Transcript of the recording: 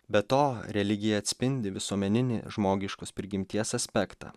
be to religija atspindi visuomeninį žmogiškos prigimties aspektą